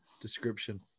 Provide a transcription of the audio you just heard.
description